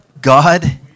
God